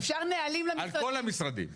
ואז הוא אמר: לפעמים אני יושב בלשכתי ומזפזפ,